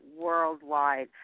worldwide